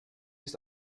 ist